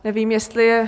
Nevím, jestli je...